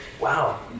Wow